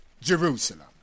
Jerusalem